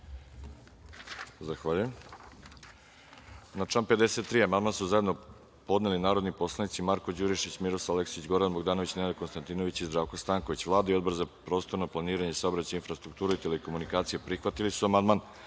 Zahvaljujem. Na član 53. amandman su zajedno podneli narodni poslanici Marko Đurišić, Miroslav Aleksić, Goran Bogdanović, Nenad Konstantinović i Zdravko Stanković. Vlada i Odbor za prostorno planiranje, saobraćaj, infrastrukturu i telekomunikacije prihvatili su amandman. Odbor